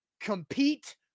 compete